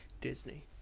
Disney